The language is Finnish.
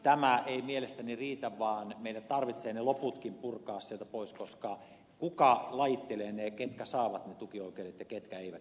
tämä ei mielestäni riitä vaan meidän tarvitsee ne loputkin purkaa sieltä pois koska kuka lajittelee ja ketkä saavat ne tukioikeudet ja ketkä eivät